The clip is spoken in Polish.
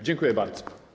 Dziękuję bardzo.